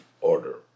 order